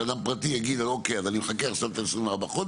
שלא יקרה מצב שאדם פרטי יגיד שהוא מחכה עכשיו 24 חודשים